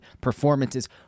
performances